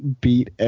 beat